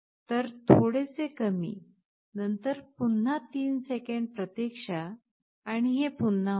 तर थोडेसे कमी नंतर पुन्हा 3 सेकंद प्रतीक्षा आणि हे पुन्हा होते